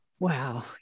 Wow